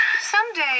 Someday